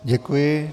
Děkuji.